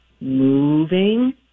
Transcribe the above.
moving